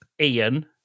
Ian